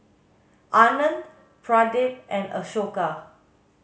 Anand Pradip and Ashoka